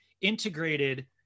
integrated